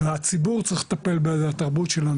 והציבור צריך לטפל בתרבות.